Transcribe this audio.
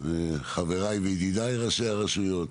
חבריי וידידיי ראשי הרשויות,